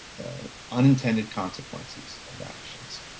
unintended consequences of actions.